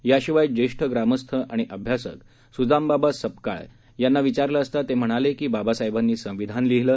याविषयी ज्येष्ठ ग्रामस्थ आणि अभ्यासक सुदामबाबा सकपाळ यांना विचारलं असता ते म्हणाले की बाबासाहेबांनी संविधान लिहिलं